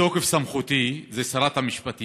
בתוקף סמכותי, זו שרת המשפטים,